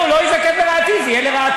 לא, הוא לא ייזקף לרעתי, זה יהיה לרעתו.